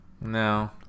No